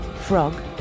Frog